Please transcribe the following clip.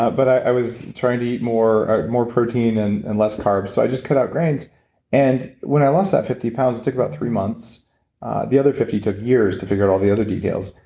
but i was trying to eat more ah more protein and and less carbs, so i just cut out grains and when i lost that fifty pounds, it took about three months the other fifty took years to figure out all the other details,